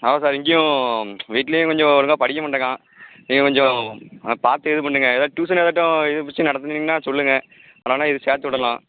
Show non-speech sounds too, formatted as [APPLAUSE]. ஆமாம் சார் இங்கேயும் வீட்லேயும் கொஞ்சம் ஒழுங்கா படிக்க மாட்டக்கான் நீங்கள் கொஞ்சம் அவனை பார்த்து இது பண்ணுங்கள் ஏதா டியூஷன் ஏதாட்டும் [UNINTELLIGIBLE] நடத்துனிங்கன்னா சொல்லுங்கள் அவனை வேணுனா சேர்த்து விடலாம்